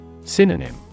Synonym